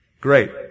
Great